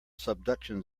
subduction